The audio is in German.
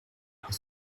noch